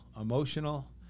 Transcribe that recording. emotional